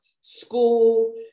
school